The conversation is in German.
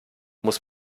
muss